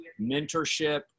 mentorship